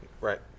Right